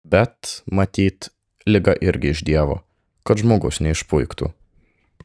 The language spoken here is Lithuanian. bet matyt liga irgi iš dievo kad žmogus neišpuiktų